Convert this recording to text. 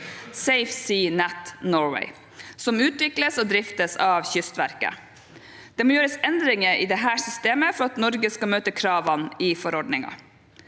SafeSeaNet Norway, som utvikles og driftes av Kystverket. Det må gjøres endringer i dette systemet for at Norge skal møte kravene i forordningen.